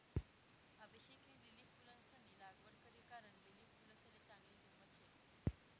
अभिषेकनी लिली फुलंसनी लागवड करी कारण लिली फुलसले चांगली किंमत शे